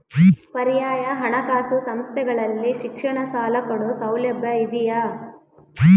ಪರ್ಯಾಯ ಹಣಕಾಸು ಸಂಸ್ಥೆಗಳಲ್ಲಿ ಶಿಕ್ಷಣ ಸಾಲ ಕೊಡೋ ಸೌಲಭ್ಯ ಇದಿಯಾ?